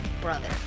brother